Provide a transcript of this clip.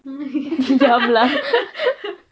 lagu melayu